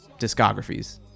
discographies